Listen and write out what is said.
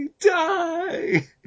die